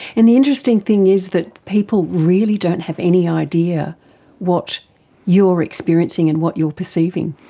and the interesting thing is that people really don't have any idea what you're experiencing and what you're perceiving.